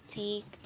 take